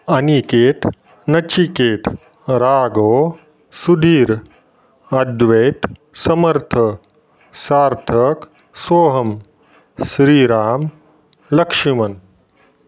Aniket Nachiket Raghav Sudhir Advait Samarth Sarthak Soham Shriram Laxman